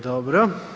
Dobro.